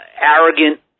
arrogant